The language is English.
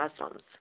Muslims